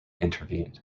intervened